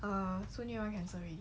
err soon need cancel already